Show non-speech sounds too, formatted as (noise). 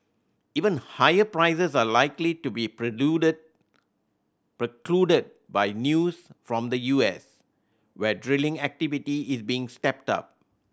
even higher prices are likely to be (unintelligible) precluded by news from the U S where drilling activity is being stepped up